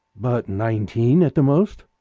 but nineteen, at the most.